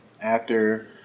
Actor